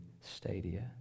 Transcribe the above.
stadia